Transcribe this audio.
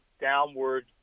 downward